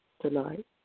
tonight